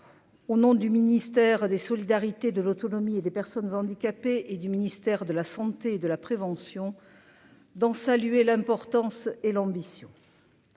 au nom du ministère des solidarités de l'autonomie et des personnes handicapées et du ministère de la Santé et de la prévention dans saluer l'importance et l'ambition.